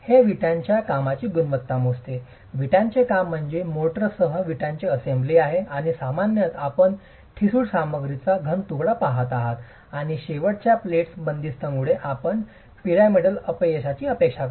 हे विटांच्या कामाची गुणवत्ता मोजते विटांचे काम म्हणजे तो मोर्टारसह विटांचे असेंब्ली आहे आणि सामान्यत आपण ठिसूळ सामग्रीचा घन तुकडा पहात आहात आणि शेवटच्या प्लेट्सच्या बंदिस्ततेमुळे आपण पिरामिडल अपयशाची अपेक्षा करता